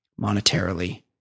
monetarily